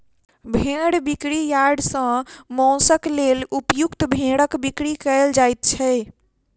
भेंड़ बिक्री यार्ड सॅ मौंसक लेल उपयुक्त भेंड़क बिक्री कयल जाइत छै